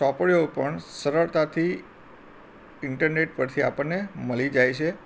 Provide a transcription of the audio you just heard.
ચોપડીઓ પણ સરળતાથી ઈન્ટરનેટ પરથી આપણને મળી જાય છે